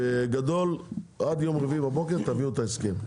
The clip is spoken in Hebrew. בגדול, עד יום רביעי בבוקר תביאו את ההסכם,